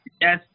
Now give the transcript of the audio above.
yes